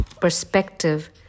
perspective